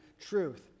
truth